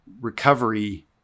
recovery